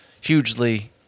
hugely